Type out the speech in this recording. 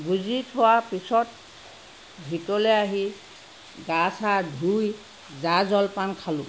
গোঁজি থোৱা পিছত ভিতৰলৈ আহি গা চা ধুই জা জলপান খালোঁ